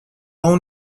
اون